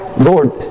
Lord